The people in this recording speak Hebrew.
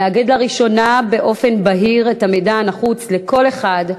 המאגד לראשונה באופן בהיר את המידע הנחוץ לכל אחד,